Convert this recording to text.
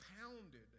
pounded